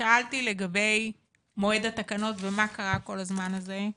שאלתי לגבי מועד התקנות ומה קרה הזמן הזה?